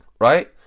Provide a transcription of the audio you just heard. Right